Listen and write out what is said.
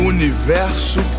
Universo